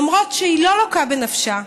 למרות שהיא לא לוקה בנפשה.